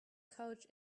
couch